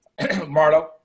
Marlo